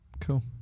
cool